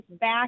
back